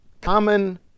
common